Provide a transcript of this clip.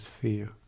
fear